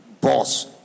boss